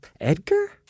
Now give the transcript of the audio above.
Edgar